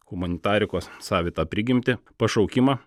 humanitarikos savitą prigimtį pašaukimą